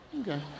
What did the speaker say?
Okay